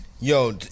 Yo